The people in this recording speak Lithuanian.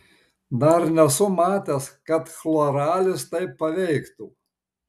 dar nesu matęs kad chloralis taip paveiktų